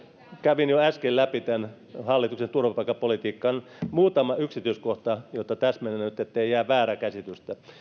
kävin jo äsken läpi tämän hallituksen turvapaikkapolitiikan muutama yksityiskohta joita täsmennän nyt ettei jää väärää käsitystä